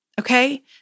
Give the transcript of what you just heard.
Okay